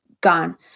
gone